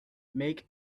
make